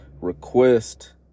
request